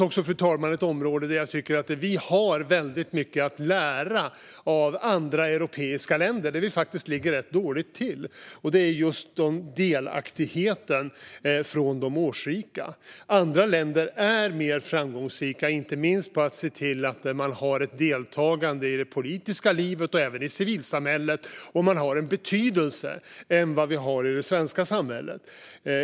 Det finns ett område där jag tycker att vi har väldigt mycket att lära av andra europeiska länder och där vi ligger rätt dåligt till. Det handlar om delaktigheten från de årsrika. Andra länder är mer framgångsrika inte minst i att se till att de har ett deltagande i det politiska livet och i civilsamhället och även att de har en annan betydelse än i det svenska samhället.